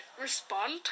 respond